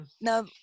now